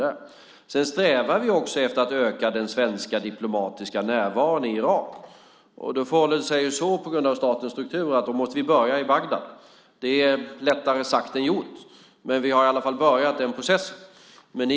Vi strävar också efter att öka den svenska diplomatiska närvaron i Irak. Då förhåller det sig så, på grund av statens struktur, att vi måste börja i Bagdad. Det är lättare sagt än gjort. Men vi har i alla fall börjat den processen.